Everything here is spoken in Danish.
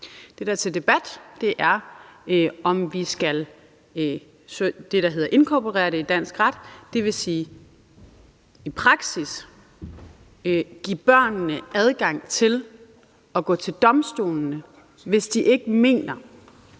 Det, der er til debat, er, om vi skal inkorporere den i dansk ret, dvs. i praksis give børnene adgang til at gå til domstolene, hvis de ikke mener,